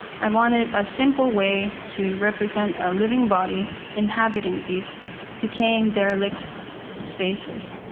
i wanted a simple way to represent a living body inhabiting these decaying, derelict spaces.